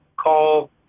call